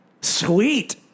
Sweet